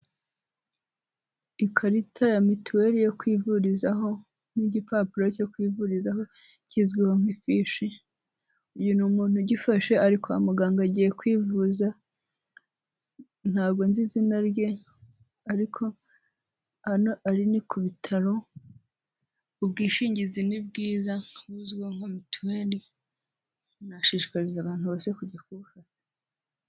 Ikarita ya mituweli yo kwivurizaho n'igipapuro cyo kwivurizaho kizwiho nk'ifishi, uyu ni umuntu ugifashe ari kwa muganga agiye kwivuza, ntabwo nzi izina rye, ariko hano ari ni ku bitaro, ubwishingizi ni buzwiho nka mituweli, nashishikariza abantu bose kujya.